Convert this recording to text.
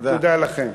תודה לכם.